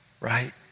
right